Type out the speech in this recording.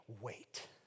wait